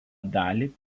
dalį